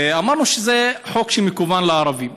אמרנו שזה חוק שמכוון לערבים.